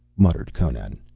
muttered conan.